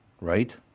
right